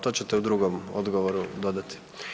To ćete u drugom odgovoru dodati.